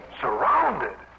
Surrounded